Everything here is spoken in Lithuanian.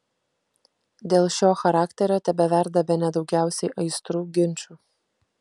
dėl šio charakterio tebeverda bene daugiausiai aistrų ginčų